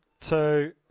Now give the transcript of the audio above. two